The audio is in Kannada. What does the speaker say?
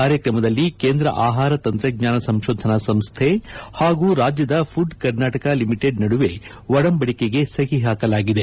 ಕಾರ್ಯಕ್ರಮದಲ್ಲಿ ಕೇಂದ್ರ ಆಹಾರ ತಂತ್ರಜ್ಞಾನ ಸಂಶೋಧನಾ ಸಂಸ್ಥೆ ಹಾಗೂ ರಾಜ್ಯದ ಕರ್ನಾಟಕ ಲಿಮಿಟೆಡ್ ನಡುವೆ ಒಡಂಬಡಿಕೆಗೆ ಸಹಿ ಹಾಕಲಾಗಿದೆ